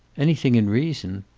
anything in reason.